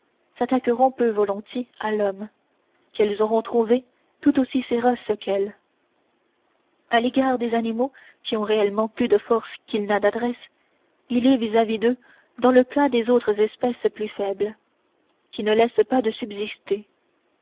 s'attaqueront peu volontiers à l'homme qu'elles auront trouvé tout aussi féroce qu'elles à l'égard des animaux qui ont réellement plus de force qu'il n'a d'adresse il est vis-à-vis d'eux dans le cas des autres espèces plus faibles qui ne laissent pas de subsister